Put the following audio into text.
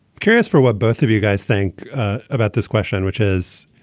curious for what both of you guys think about this question which is